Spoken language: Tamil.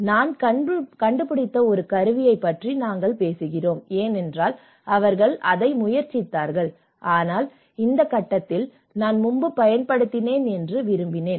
நான் கண்டுபிடித்த ஒரு கருவியைப் பற்றி நாங்கள் பேசுகிறோம் ஏனென்றால் அவர்கள் அதை முயற்சித்தார்கள் ஆனால் இந்த கட்டத்தில் நான் முன்பு பயன்படுத்தினேன் என்று விரும்பினேன்